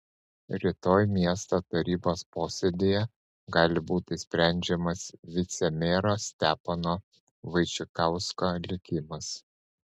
rytoj miesto tarybos posėdyje gali būti sprendžiamas vicemero stepono vaičikausko likimas